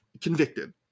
convicted